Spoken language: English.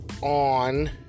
on